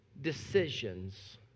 decisions